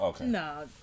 no